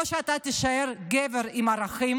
או שאתה תישאר גבר עם ערכים